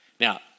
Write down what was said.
Now